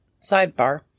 sidebar